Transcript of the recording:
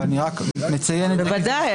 בוודאי.